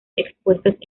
expuestas